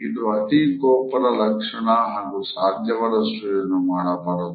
ಇದು ಅತಿ ಕೋಪದ ಲಕ್ಷಣ ಹಾಗೂ ಸಾಧ್ಯವಾದಷ್ಟು ಇದನ್ನು ಮಾಡಬಾರದು